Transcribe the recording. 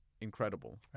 incredible